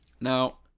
Now